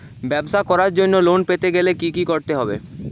ব্যবসা করার জন্য লোন পেতে গেলে কি কি করতে হবে?